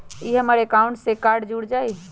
ई हमर अकाउंट से कार्ड जुर जाई?